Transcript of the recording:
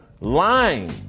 lying